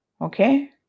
Okay